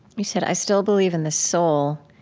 you said, i still believe in the soul,